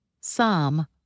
Psalm